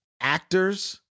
actors